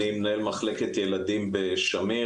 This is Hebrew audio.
אני מנהל מחלקת ילדים בשמיר,